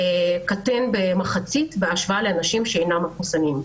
קטן במחצית בהשוואה לאנשים שאינם מחוסנים.